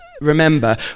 Remember